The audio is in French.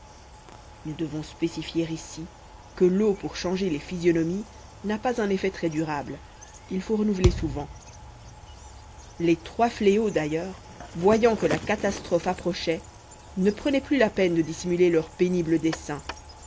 nous devons spécifier ici que l'eau pour changer les physionomies n'a pas un effet très durable il faut renouveler souvent les trois fléaux d'ailleurs voyant que la catastrophe approchait ne prenaient plus la peine de dissimuler leurs pénibles desseins